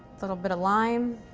little bit of lime,